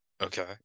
okay